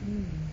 hmm